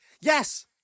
Yes